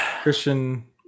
Christian